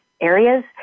areas